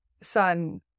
son